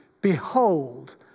behold